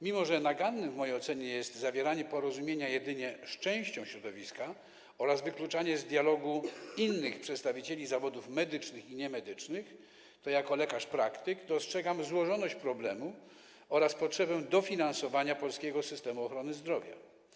Mimo że naganne w mojej ocenie jest zawieranie porozumienia jedynie z częścią środowiska oraz wykluczanie z dialogu innych przedstawicieli zawodów medycznych i niemedycznych, to jako lekarz praktyk dostrzegam złożoność problemu oraz potrzebę dofinansowania polskiego systemu ochrony zdrowia.